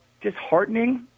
disheartening